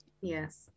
yes